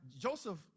Joseph